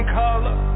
color